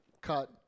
cut